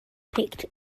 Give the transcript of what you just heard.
picked